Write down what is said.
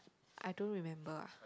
I don't remember ah